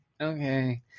okay